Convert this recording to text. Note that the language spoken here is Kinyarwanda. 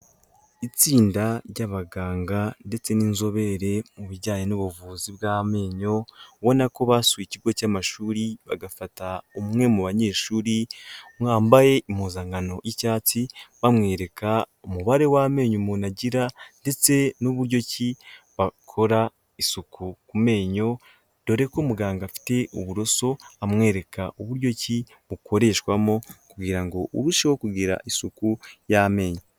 Itsinda ry'abaganga ndetse n'inzobere mu bijyanye n'ubuvuzi bw'amenyo, ubona ko basuye ikigo cy'amashuri bagafata umwe mu banyeshuri wambaye impuzankano y'icyatsi, bamwereka umubare w'amenyo umuntu agira ndetse n'uburyo ki bakora isuku ku menyo, dore ko muganga afite uburoso amwereka uburyo ki bukoreshwamo kugira ngo urusheho kugira isuku y'amenyo.